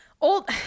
old